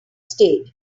stayed